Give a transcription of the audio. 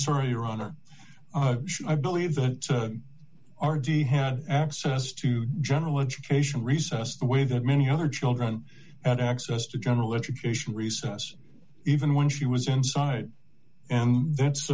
honor i believe that our d had access to general education recess the way that many other children at access to general education recess even when she was inside and that's